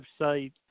Website